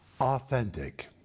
authentic